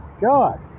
god